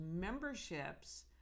memberships